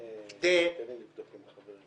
כן, חבר הכנסת